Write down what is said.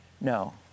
No